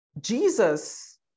Jesus